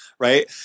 right